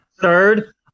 Third